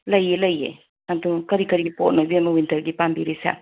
ꯂꯩꯌꯦ ꯂꯩꯌꯦ ꯑꯗꯣ ꯀꯔꯤ ꯀꯔꯤ ꯄꯣꯠꯅꯣ ꯏꯕꯦꯝꯃ ꯋꯤꯟꯇꯔꯒꯤ ꯄꯥꯝꯕꯤꯔꯤꯁꯦ